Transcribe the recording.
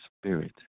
spirit